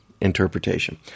interpretation